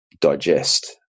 digest